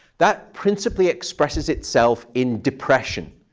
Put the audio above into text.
that principally expresses itself in depression.